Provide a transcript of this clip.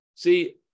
See